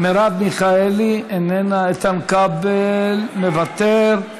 מרב מיכאלי, איננה, איתן כבל, מוותר.